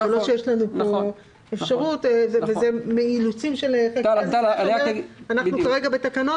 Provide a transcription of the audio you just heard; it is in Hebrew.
זה בשל אילוצים של חקיקת משנה כי אנחנו דנים כרגע בתקנות